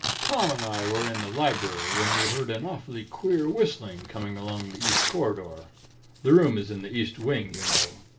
tom and i were in the library, when we heard an awfully queer whistling, coming along the east corridor the room is in the east wing, you know.